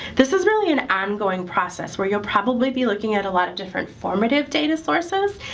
this is really an ongoing process where you'll probably be looking at a lot of different formative data sources.